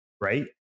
right